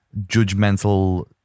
judgmental